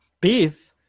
beef